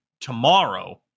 tomorrow